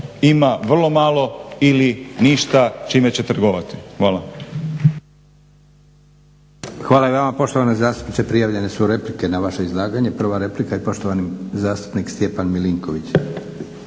ima vrlo malo ili ništa čime će trgovati. Hvala.